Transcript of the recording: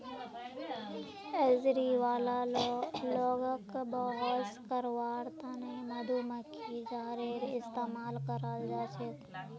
allergy वाला लोगक बेहोश करवार त न मधुमक्खीर जहरेर इस्तमाल कराल जा छेक